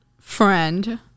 friend